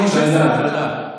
משה סעדה,